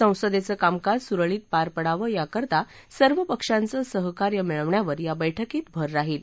संसदेचं कामकाज सुरळीत पार पडावं याकरता सर्व पक्षांच सहकार्य मिळवण्यावर या बैठकीत भर राहील